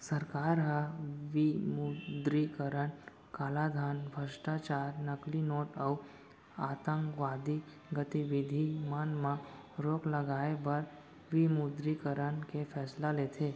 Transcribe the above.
सरकार ह विमुद्रीकरन कालाधन, भस्टाचार, नकली नोट अउ आंतकवादी गतिबिधि मन म रोक लगाए बर विमुद्रीकरन के फैसला लेथे